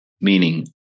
meaning